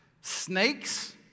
snakes